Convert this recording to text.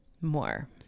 more